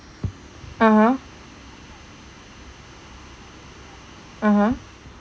(uh huh) (uh huh)